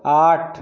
আট